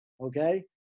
Okay